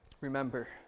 remember